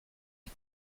des